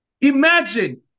Imagine